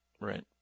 Right